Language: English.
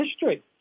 history